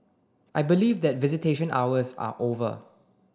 I believe that visitation hours are over